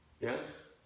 yes